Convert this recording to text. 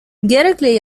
gerekli